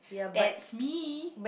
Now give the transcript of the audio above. that's me